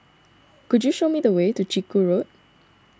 could you show me the way to Chiku Road